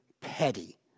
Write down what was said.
petty